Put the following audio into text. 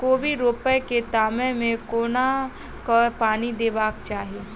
कोबी रोपय केँ टायम मे कोना कऽ पानि देबाक चही?